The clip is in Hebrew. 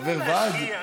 חבר ועד?